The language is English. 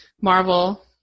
Marvel